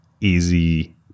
easy